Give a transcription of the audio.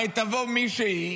הרי תבוא מישהי,